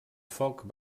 foc